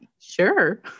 Sure